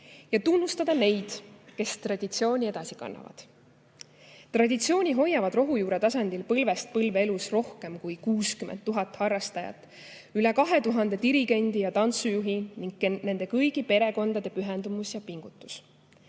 ja tunnustame neid, kes traditsiooni edasi kannavad. Traditsiooni hoiavad rohujuuretasandil põlvest põlve elus rohkem kui 60 000 harrastajat, üle 2000 dirigendi ja tantsujuhi ning nende kõigi perekondade pühendumus ja pingutus.